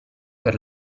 per